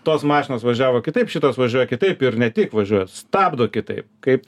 tos mašinos važiavo kitaip šitos važiuoja kitaip ir ne tik važiuoja stabdo kitaip kaip